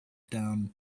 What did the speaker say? down